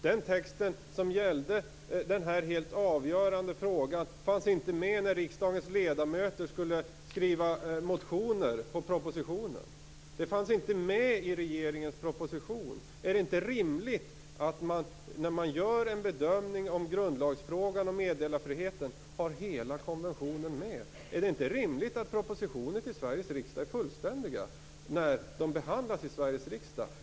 Den text som gällde den här helt avgörande frågan fanns inte med när riksdagens ledamöter skulle skriva motioner på propositionen. Den fanns inte med i regeringens proposition. Är det intet rimligt att man, när man gör en bedömning av grundlagsfrågan om meddelarfriheten, har hela konventionen med? Är det inte rimligt att propositioner till Sveriges riksdag är fullständiga när de behandlas i riksdagen?